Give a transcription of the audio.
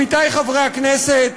עמיתי חברי הכנסת,